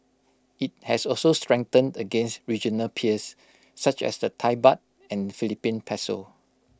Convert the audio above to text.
IT has also strengthened against regional peers such as the Thai Baht and Philippine Peso